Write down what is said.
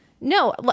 No